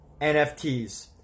nfts